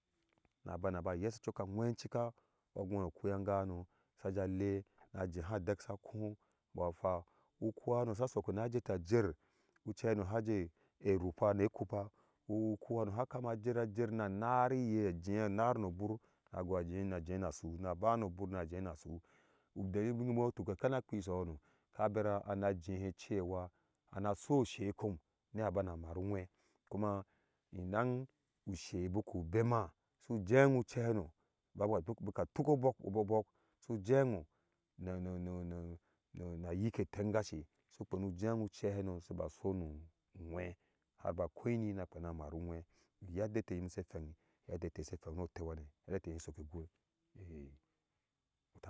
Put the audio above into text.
Na bana ba yeshi cok a wese cika a weno tuui yanga no saja lẽẽ a jeha dek sa kpoo mbo a hwa uku hano sajen a rukpha ne kupa uku hano sa kama jeta jer na nar iye jeya nar no burke a gui aje nasu naba no bur naje nasu udalili eye sa tuk nna kwi isohang ana jehe cewa ana so ushe kom na bama maru iwei kuma indanɔ ushe biku ubema su de who uchehano baba tuk ubok ubo bok suje who nu nu nu na yike tengashe su kwenu jewho uche hano siba sonu u uwhe aba koi eni na kwena mar uwe yadda ete yom she wheiɔ yadda ete shike kweya no tew hane